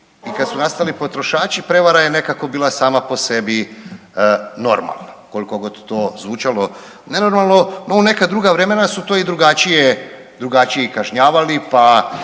i kad su nastali potrošači prevara je nekako bila sama po sebi normalno koliko god to zvučalo nenormalno. No u neka druga vremena su to i drugačije kažnjavali pa